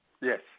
Yes